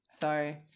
sorry